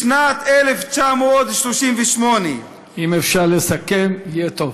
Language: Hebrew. משנת 1938. אם אפשר לסכם, יהיה טוב.